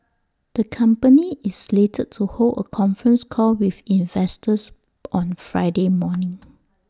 the company is slated to hold A conference call with investors on Friday morning